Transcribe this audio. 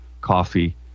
Coffee